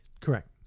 correct